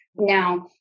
Now